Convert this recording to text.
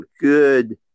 good